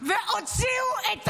אבל תחשבו על המאבטחים המסכנים האלה.